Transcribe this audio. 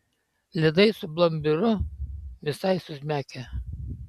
ledai su plombyru visai suzmekę